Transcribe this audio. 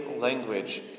language